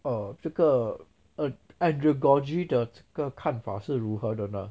err 这个 and~ andragogy 的这个看法是如何的呢